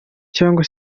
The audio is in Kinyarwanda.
cyangwa